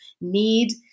need